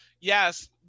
yes